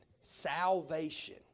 salvation